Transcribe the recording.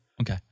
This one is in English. Okay